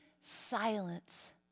silence